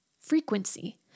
frequency